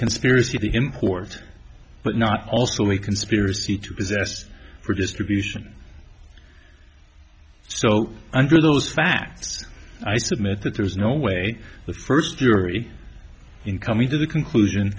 conspiracy of the import but not also a conspiracy to possess for distribution so under those facts i submit that there's no way the first jury in coming to the conclusion